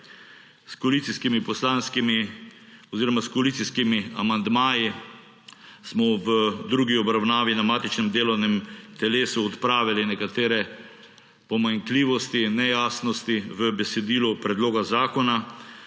kapitala za podjetja. S koalicijskimi amandmaji smo v drugi obravnavi na matičnem delovnem telesu odpravili nekatere pomanjkljivosti in nejasnosti v besedilu predloga zakona.